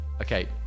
okay